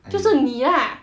就是你 lah